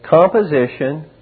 composition